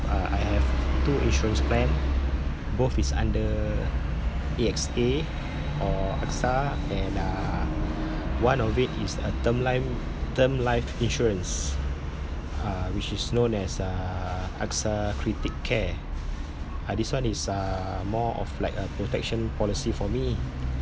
uh I have two insurance bank both is under A_X_A or AXA and uh one of it is a term lime~ term life insurance uh which is known as uh AXA critic care ah this one is uh more of like a protection policy for me